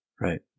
right